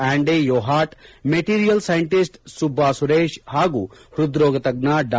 ಆಂಡೆ ಯೋಹಾಟ್ material scientist Subba Suresh ಹಾಗೂ ಪ್ರದ್ರೋಗತಜ್ಞ ಡಾ